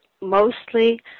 mostly